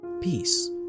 Peace